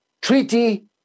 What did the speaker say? treaty